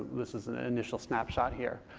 this is an initial snapshot here.